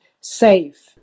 safe